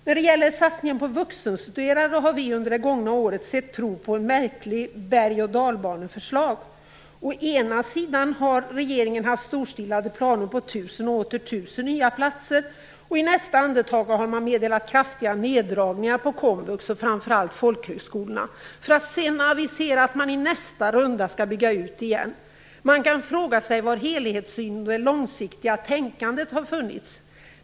När det gäller satsningen på vuxenstuderande har vi under det gångna året sett prov på ett märkligt bergochdalbaneförslag. Å ena sidan har regeringen haft storstilade planer på tusen och åter tusen nya platser, å andra sidan har den i nästa andetag meddelat kraftiga neddragningar på komvux och framför allt folkhögskolorna. Sedan aviseras att det i nästa runda skall byggas ut igen. Man kan fråga sig var helhetssynen och det långsiktiga tänkandet har funnits.